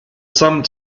some